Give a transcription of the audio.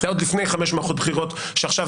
זה היה עוד לפני חמש מערכות בחירות כאשר עכשיו